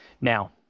Now